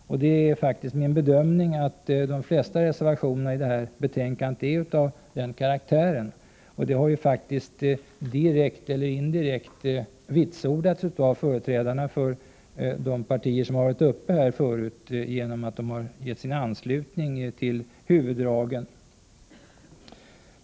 Det är faktiskt min bedömning att de flesta reservationerna i det här betänkandet är av den karaktären; det har direkt eller indirekt vitsordats av företrädarna för de partier som har varit uppe tidigare genom att de har givit sin anslutning till huvuddragen.